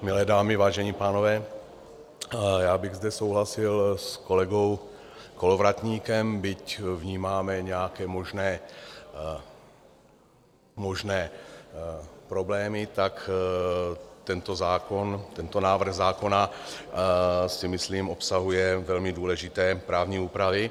Milé dámy, vážení pánové, já bych zde souhlasil s kolegou Kolovratníkem, byť vnímáme nějaké možné problémy, tak tento zákon, tento návrh zákona si myslím obsahuje velmi důležité právní úpravy.